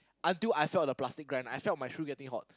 until I felt the plastic grind I felt my shoe getting hot